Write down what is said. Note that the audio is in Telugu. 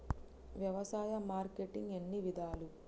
వ్యవసాయ మార్కెటింగ్ ఎన్ని విధాలు?